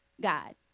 God